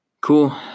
Cool